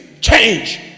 change